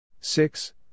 six